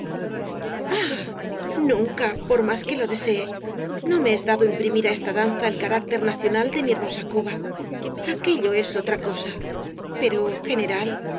nunca que por más que lo desee no me es dado imprimir á esta danza el carácter nacional de mi hermosa cuba aquello es otra cosa pero general